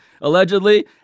allegedly